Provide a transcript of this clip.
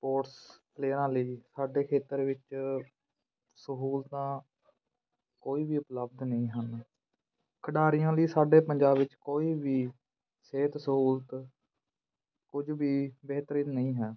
sports ਪਲੇਅਰਾਂ ਲਈ ਸਾਡੇ ਖੇਤਰ ਵਿੱਚ ਸਹੂਲਤਾਂ ਕੋਈ ਵੀ ਉਪਲਬਧ ਨਹੀਂ ਹਨ ਖਿਡਾਰੀਆਂ ਲਈ ਸਾਡੇ ਪੰਜਾਬ ਵਿੱਚ ਕੋਈ ਵੀ ਸਿਹਤ ਸਹੂਲਤ ਕੁਝ ਵੀ ਬਿਹਤਰੀ ਨਹੀਂ ਹੈ